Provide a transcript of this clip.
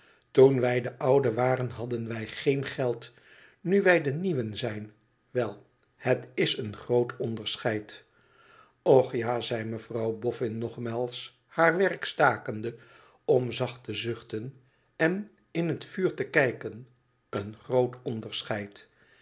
toen wij de ouden waren hadden wij geen geld nu wij de nieuwen zijn wel het is een groot onderscheid och ja t zei mevrouw boifin nogmaals haar werk stakende om zacht te zuchten en in het vuur te kijken en groot onderscheid